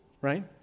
right